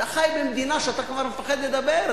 אתה חי במדינה שאתה כבר מפחד לדבר.